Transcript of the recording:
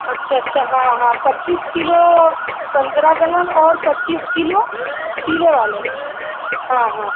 अच्छा अच्छा हाँ हाँ पच्चीस किलो संतरा कलर और पच्चीस किलो पीले वाले हाँ हाँ